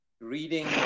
reading